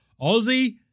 Aussie